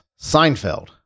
Seinfeld